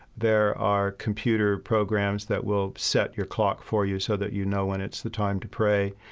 there are computer programs that will set your clock for you so that you know when it's the time to pray.